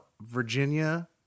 Virginia